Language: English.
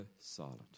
silent